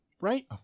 right